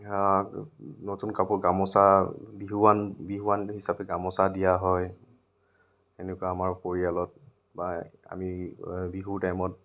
নতুন কাপোৰ গামোচা বিহুৱান বিহুৱান হিচাপে গামোচা দিয়া হয় এনেকুৱা আমাৰ পৰিয়ালত বা আমি বিহুৰ টাইমত